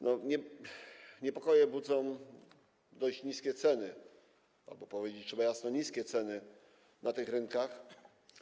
Niepokoje budzą dość niskie ceny... albo powiedzieć trzeba jasno: niskie ceny na tych rynkach.